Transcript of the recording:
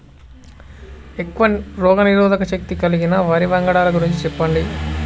ఎక్కువ రోగనిరోధక శక్తి కలిగిన వరి వంగడాల గురించి చెప్పండి?